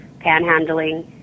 panhandling